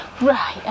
Right